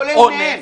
כולל מהם.